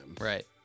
Right